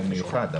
יום מיוחד,